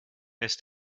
ist